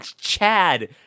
chad